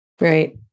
right